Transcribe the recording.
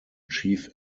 chief